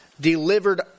delivered